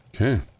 Okay